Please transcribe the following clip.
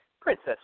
Princess